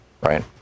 right